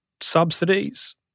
subsidies